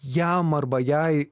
jam arba jai